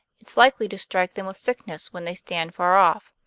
it's likely to strike them with sickness when they stand far off.